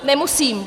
Nemusím.